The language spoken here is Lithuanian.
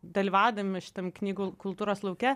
dalyvavimas šitam knygų kultūros lauke